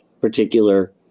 particular